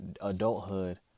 adulthood